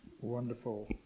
Wonderful